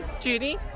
Judy